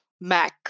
Mac